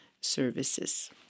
services